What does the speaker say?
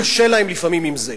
קשה להם לפעמים עם זה,